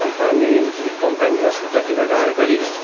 କମ୍ପାନୀଟି କମ୍ପାନୀର ସ୍ଵିଟର୍ଟି ବ୍ୟବହାର କରି